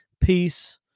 peace